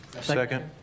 Second